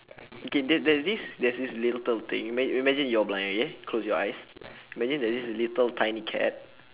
okay there there is this there's this little thing ima~ imagine you're blind okay close your eyes imagine there is this little tiny cat